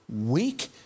weak